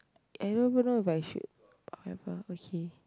I don't even know if I should have ah okay